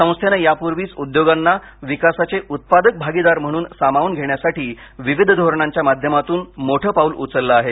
संस्थेने यापूर्वीच उद्योगांना विकासाचे उत्पादक भागीदार म्हणून सामावून घेण्यासाठी विविध धोरणांच्या माध्यमातून मोठ पाऊल उचलले आहे